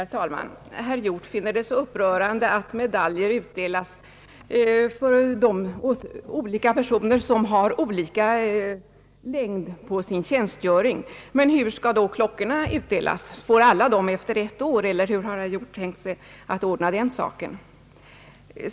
Herr talman! Herr Hjorth finner det så upprörande att medaljer utdelas till personer med olika tjänstgöringstid. Men hur skall då klockorna utdelas? Får alla en sådan efter ett år, eller hur har han tänkt sig att ordna den saken?